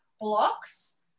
blocks